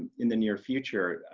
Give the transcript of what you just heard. in the near future.